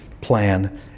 plan